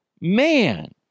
Man